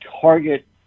target